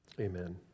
amen